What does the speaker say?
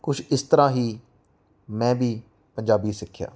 ਕੁਛ ਇਸ ਤਰ੍ਹਾਂ ਹੀ ਮੈਂ ਵੀ ਪੰਜਾਬੀ ਸਿੱਖਿਆ